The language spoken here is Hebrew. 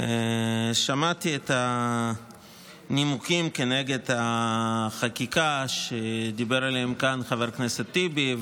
שמעתי את הנימוקים נגד החקיקה שדיבר עליהם כאן חבר הכנסת טיבי,